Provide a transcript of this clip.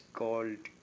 called